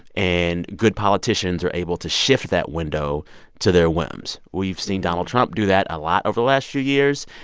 and good politicians are able to shift that window to their whims we've seen donald trump do that a lot over the last few years.